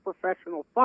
professional